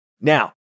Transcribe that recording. Now